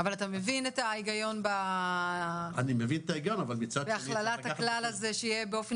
אבל אתה מבין את ההיגיון בהכללת הכלל הזה שיהיה באופן